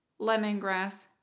lemongrass